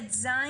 עד ז'